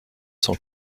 cent